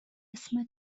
اسم